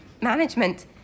management